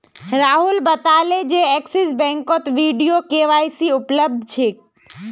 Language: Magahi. राहुल बताले जे एक्सिस बैंकत वीडियो के.वाई.सी उपलब्ध छेक